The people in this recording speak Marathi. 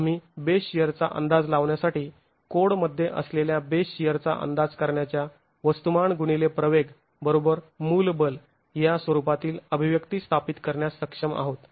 आम्ही बेस शिअर चा अंदाज लावण्यासाठी कोडमध्ये असलेल्या बेस शिअर चा अंदाज करण्याच्या वस्तुमान गुणिले प्रवेग बरोबर मूलबल या स्वरूपातील अभिव्यक्ती स्थापित करण्यास सक्षम आहोत